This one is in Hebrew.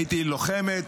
הייתי לוחמת,